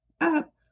up